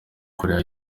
koreya